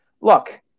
look